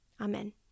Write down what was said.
Amen